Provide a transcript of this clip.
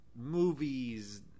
movies